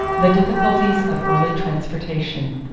the difficulties of early transportation.